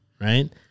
Right